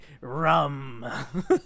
rum